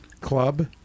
club